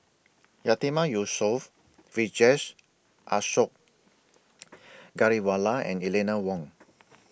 Yatiman Yusof Vijesh Ashok Ghariwala and Eleanor Wong